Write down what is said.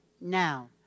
now